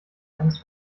eines